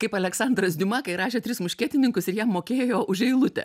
kaip aleksandras diuma kai rašė tris muškietininkus ir jam mokėjo už eilutę